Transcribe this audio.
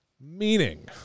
Meaning